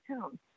town